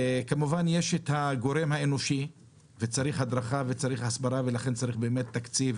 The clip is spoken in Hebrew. כמובן יש את הגורם האנושי וצריך הדרכה וצריך הסברה ולכן צריך באמת תקציב